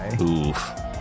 Oof